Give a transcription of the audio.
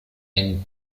and